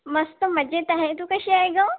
मस्त मजेत आहे तू कशी आहे गं